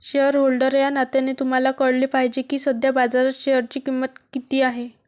shareholder या नात्याने तुम्हाला कळले पाहिजे की सध्या बाजारात शेअरची किंमत किती आहे